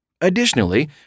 Additionally